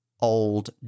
old